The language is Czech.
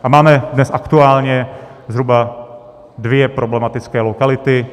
A máme dnes aktuálně zhruba dvě problematické lokality.